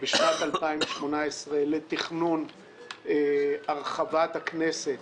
בשנת 2018 לתכנון הרחבת הכנסת,